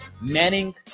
manning